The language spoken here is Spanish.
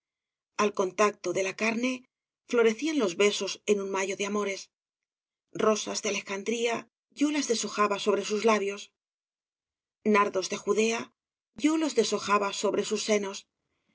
al contacto de la carne florecían los besos en un mayo de amores rosas de alejandría yo las deshojaba sobre sus labios nardos de judea yo los deshojaba sobre sus senos